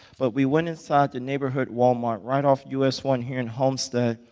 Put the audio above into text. but we went inside the neighborhood walmart right off u s. one here in homestead,